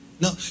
No